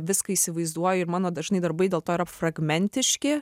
viską įsivaizduoju ir mano dažnai darbai dėl to yra fragmentiški